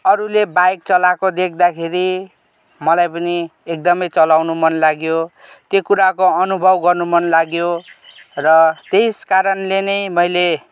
अरूले बाइक चलाएको देख्दाखेरि मलाई पनि एकदमै चलाउनु मन लाग्यो त्यो कुराको अनुभव गर्नु मन लाग्यो र त्यस कारणले नै मैले